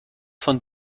von